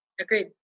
Agreed